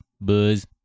buzz